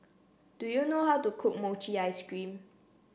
do you know how to cook Mochi Ice Cream